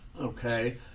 Okay